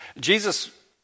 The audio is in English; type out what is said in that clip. Jesus